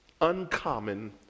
Uncommon